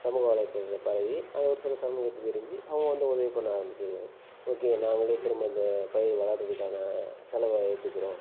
சமூக வலைத்தளங்கள்ல பரவி அது ஒரு சில சமூகத்துக்கு தெரிஞ்சு அவங்க வந்து உதவி பண்ண ஆரம்பிச்சிடுறாங்க ஓகே நாங்களே திரும்ப அந்த பயிர் வளர்றதுக்கான செலவை ஏற்றுக்குறோம்